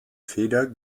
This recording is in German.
feder